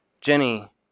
Jenny